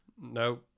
No